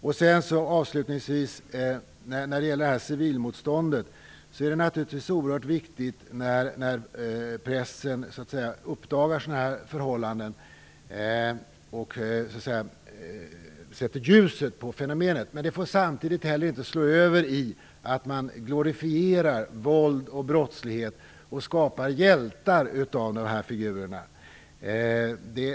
När det avslutningsvis gäller civilmotståndet, är det naturligtvis oerhört viktigt att pressen uppdagar sådana här förhållanden och sätter ljuset på fenomenet, men det får inte slå över i att man glorifierar våld och brottslighet och skapar hjältar av de här figurerna.